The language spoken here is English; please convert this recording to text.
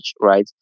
right